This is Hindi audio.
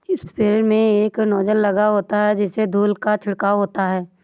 स्प्रेयर में एक नोजल लगा होता है जिससे धूल का छिड़काव होता है